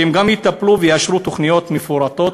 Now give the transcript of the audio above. שהן גם יטפלו ויאשרו תוכניות מפורטות,